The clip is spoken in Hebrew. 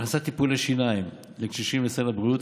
הכנסת טיפולי שיניים לקשישים לסל הבריאות,